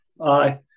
aye